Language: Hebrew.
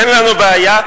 אין לנו בעיה,